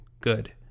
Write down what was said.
good